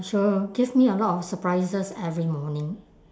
she will give me a lot of surprises every morning